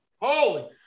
holy